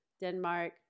Denmark